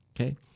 okay